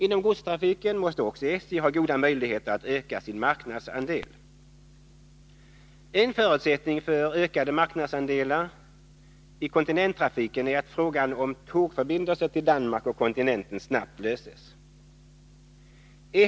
Inom godstrafiken måste också SJ ha goda möjligheter att öka sin marknadsandel. En förutsättning för ökade marknadsandelar i kontinenttrafiken är att frågan om tågförbindelser till Danmark och kontinenten snabbt löses.